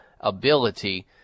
ability